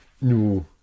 No